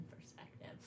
perspective